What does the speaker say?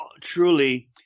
truly